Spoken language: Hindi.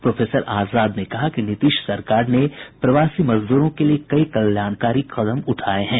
प्रोफेसर आजाद ने कहा है कि नीतीश सरकार ने प्रवासी मजदूरों के लिए कई कल्याणकारी कदम उठाये हैं